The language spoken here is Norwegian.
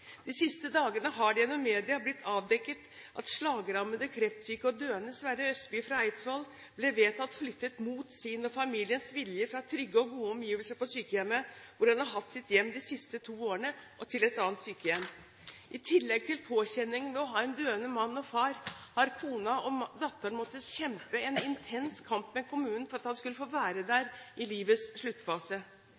De siste dagene har det gjennom media blitt avdekket at slagrammede, kreftsyke og døende Sverre Østby fra Eidsvoll ble vedtatt flyttet mot sin og familiens vilje fra trygge og gode omgivelser på sykehjemmet hvor han har hatt sitt hjem de siste to årene, til et annet sykehjem. I tillegg til påkjenningen ved å ha en døende mann og far har kona og datteren måttet kjempe en intens kamp med kommunen for at han skulle få være der